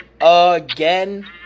again